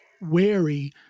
wary